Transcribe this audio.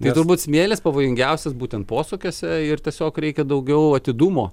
tai turbūt smėlis pavojingiausias būtent posūkiuose ir tiesiog reikia daugiau atidumo